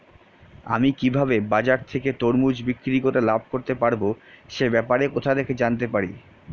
আমি কিভাবে বাজার থেকে তরমুজ বিক্রি করে লাভ করতে পারব সে ব্যাপারে কোথা থেকে জানতে পারি?